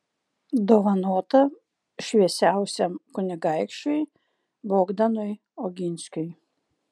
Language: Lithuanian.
dovanota šviesiausiam kunigaikščiui bogdanui oginskiui